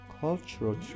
cultural